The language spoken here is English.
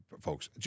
folks